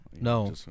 No